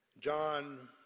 John